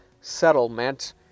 settlement